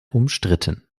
umstritten